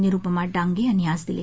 निरूपमा डांगे यांनी आज दिले